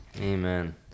Amen